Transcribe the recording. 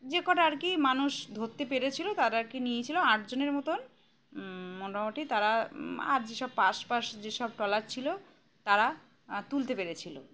যে কটা আর কি মানুষ ধরতে পেরেছিলো তারা আর কি নিয়েছিলো আটজনের মতন মোটামুটি তারা আর যেসব আশপাশে যেসব ট্রলার ছিলো তারা তুলতে পেরেছিলো